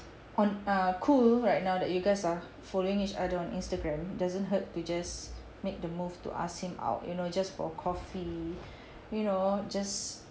on err cool right now that you guys are following each other on instagram doesn't hurt to just make the move to ask him out you know just for coffee you know just